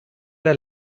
der